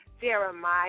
Jeremiah